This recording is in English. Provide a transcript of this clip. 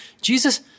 Jesus